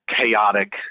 chaotic